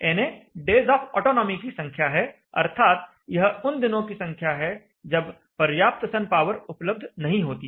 na days of autonomy की संख्या है अर्थात यह उन दिनों की संख्या है जब पर्याप्त सन पावर उपलब्ध नहीं होती